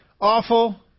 Awful